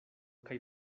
kaj